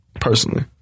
personally